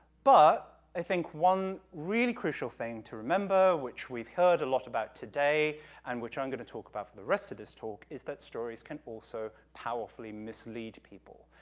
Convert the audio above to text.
but i think one really crucial thing to remember, which we've heard a lot about today and which i'm going to talk about for the rest of this talk, is that stories can also powerfully mislead people,